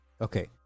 okay